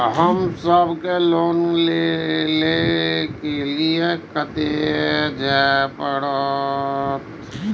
हमू सब के लोन ले के लीऐ कते जा परतें?